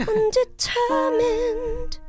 Undetermined